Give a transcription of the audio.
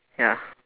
ya